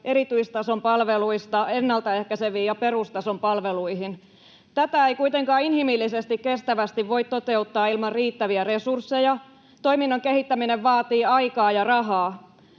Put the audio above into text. erityistason palveluista ennalta ehkäiseviin ja perustason palveluihin. Tätä ei kuitenkaan inhimillisesti kestävästi voi toteuttaa ilman riittäviä resursseja; toiminnan kehittäminen vaatii aikaa ja rahaa.